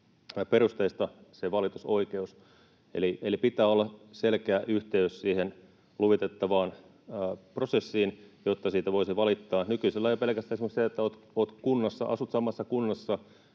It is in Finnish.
on asianosaisuusperusteista, eli pitää olla selkeä yhteys siihen luvitettavaan prosessiin, jotta siitä voisi valittaa. Nykyisellään jo pelkästään esimerkiksi sillä, että olet kunnassa,